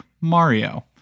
Mario